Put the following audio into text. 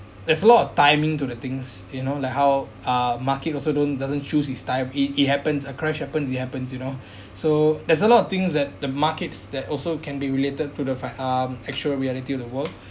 there's a lot of timing to the things you know like how uh market also don't doesn't choose its time it it happens a crash happens it happens you know so there's a lot of things that the markets that also can be related to the fact um actual reality of the world